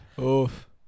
Oof